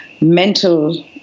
mental